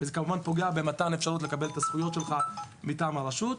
וזה כמובן פוגע במתן אפשרות לקבל את הזכויות שלך מטעם הרשות.